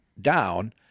down